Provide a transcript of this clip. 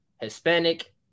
Hispanic